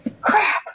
Crap